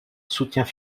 soutient